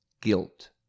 guilt